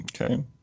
Okay